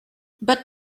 but